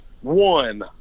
one